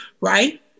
right